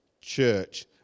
church